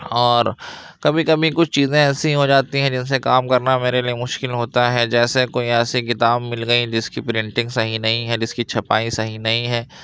اور کبھی کبھی کچھ چیزیں ایسی ہو جاتی ہیں جن سے کام کرنا میرے لیے مشکل ہوتا ہے جیسے کوئی ایسی کتاب مل گئی جس کی پرنٹنگ صحیح نہیں ہے جس کی چھپائی صحیح نہیں ہے